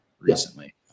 recently